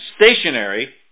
stationary